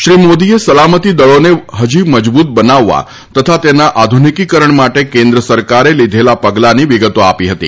શ્રી મોદીએ સલામતીદળોને હજી મજબૂત બનાવવા તથા તેના આધુનિકીકરણ માટે કેન્દ્ર સરકારે લીધેલા પગલાંની વિગતો આપી હતી